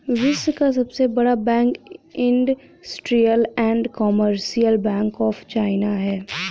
विश्व का सबसे बड़ा bank industrial and commercial bank of China है